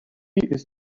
ist